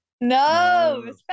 no